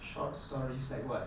short stories like what